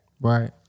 Right